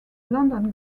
london